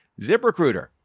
ZipRecruiter